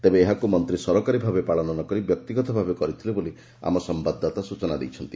ତେବେ ଏହାକୁ ମନ୍ତୀ ସରକାରୀ ଭାବେ ପାଳନ ନ କରି ବ୍ୟକ୍ତିଗତ ଭାବେ କରିଥିଲେ ବୋଲି ଆମ ସମ୍ବାଦଦାତା ସ୍ଟଚନା ଦେଇଛନ୍ତି